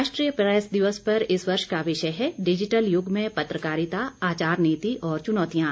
राष्ट्रीय प्रेस दिवस पर इस वर्ष का विषय है डिजिटल युग में पत्रकारिता आचारानीति और चुनौतियां